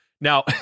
now